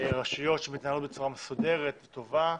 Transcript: רשויות שמתנהלות בצורה מסודרת, טובה,